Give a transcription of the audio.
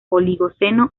oligoceno